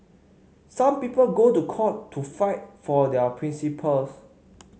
some people go to court to fight for their principles